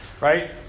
Right